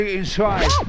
inside